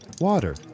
Water